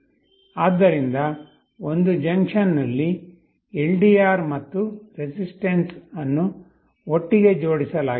ಆದ್ದರಿಂದ ಒಂದು ಜಂಕ್ಷನ್ನಲ್ಲಿ ಎಲ್ಡಿಆರ್ ಮತ್ತು ರೆಸಿಸ್ಟೆನ್ಸ್ ಅನ್ನುಒಟ್ಟಿಗೆ ಜೋಡಿಸಲಾಗಿದೆ